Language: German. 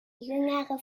jüngere